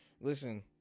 Listen